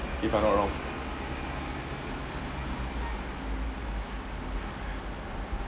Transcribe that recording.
if I'm not wrong